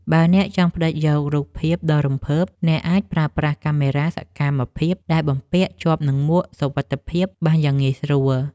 បើអ្នកចង់ផ្ដិតយករូបភាពដ៏រំភើប អ្នកអាចប្រើប្រាស់កាមេរ៉ាសកម្មភាពដែលបំពាក់ជាប់នឹងមួកសុវត្ថិភាពបានយ៉ាងងាយស្រួល។